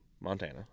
Montana